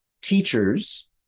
teachers